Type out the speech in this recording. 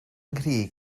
nghri